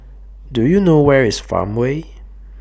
Do YOU know Where IS Farmway